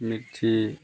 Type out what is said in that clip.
मिर्ची